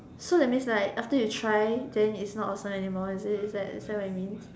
so that's means like after you try then it's not awesome anymore is it is that is that what it mean